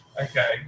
Okay